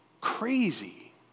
Crazy